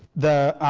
the